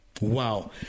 wow